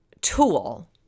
tool